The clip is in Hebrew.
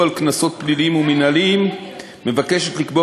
על קנסות פליליים ומינהליים מבקשת לקבוע,